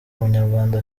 munyarwanda